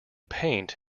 paint